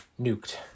nuked